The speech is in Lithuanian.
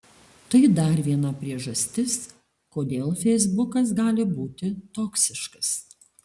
tai dar viena priežastis kodėl feisbukas gali būti toksiškas